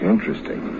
Interesting